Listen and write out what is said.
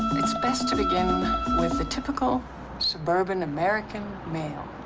it's best to begin with the typical suburban american male.